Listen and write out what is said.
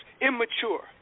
immature